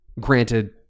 Granted